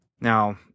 Now